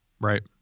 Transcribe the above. Right